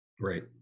Right